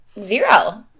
Zero